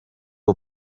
uwo